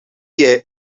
jij